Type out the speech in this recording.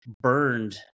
burned